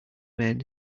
men